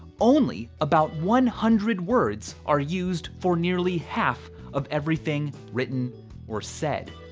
only about one hundred words are used for nearly half of everything written or said.